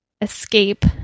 escape